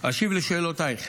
אשיב על שאלותייך.